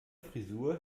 frisur